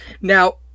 Now